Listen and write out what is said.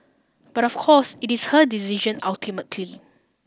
but of course it is her decision ultimately